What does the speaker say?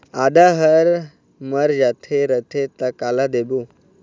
आदा हर मर जाथे रथे त काला देबो?